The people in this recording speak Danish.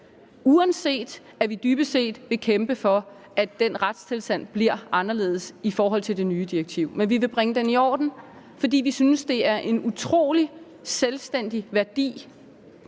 uanset at vi dybest set vil kæmpe for, at den retstilstand bliver anderledes i forhold til det nye direktiv, men vi vil bringe den i orden, fordi vi synes, det er en utrolig selvstændig værdi,